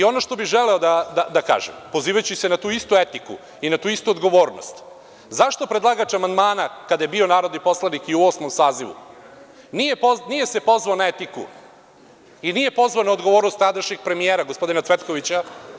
Ono što bih želeo da kažem, pozivajući se na tu istu etiku i na tu istu odgovornost, zašto predlagač amandmana kada je bio narodni poslanik i u Osmom sazivu, nije se pozvao na etiku i nije pozvao na odgovornost tadašnjeg premijera, gospodina Cvetkovića.